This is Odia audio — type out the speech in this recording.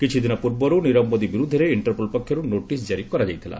କିଛିଦିନ ପୂର୍ବରୁ ନୀରବ ମୋଦି ବିରୁଦ୍ଧରେ ଇଣ୍ଟରପୋଲ ପକ୍ଷରୁ ନୋଟିସ ଜାରି କରାଯାଇଥିଲା